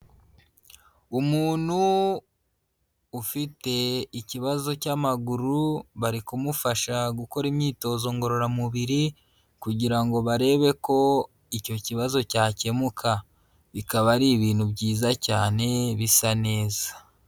Umuntu ufite ikibazo cy'amaguru, bari kumufasha gukora imyitozo ngororamubiri kugira ngo barebe ko icyo kibazo cyakemuka, bikaba ari ibintu byiza cyane bisa neza.